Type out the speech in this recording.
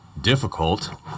difficult